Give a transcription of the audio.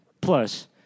Plus